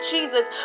Jesus